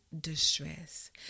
distress